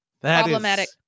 problematic